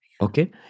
Okay